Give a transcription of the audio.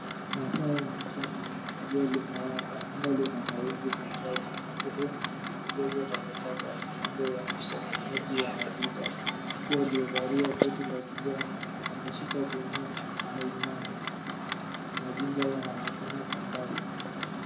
Masaa ya mchana, jua limewaka, anga lina mawingu machache. Sehemu imejazwa takataka kando ya maji yanapita. Mtu aliyevalia koti la kijani ameshika gunia ameinama. Majumba yanaonekana kwa mbali.